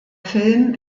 film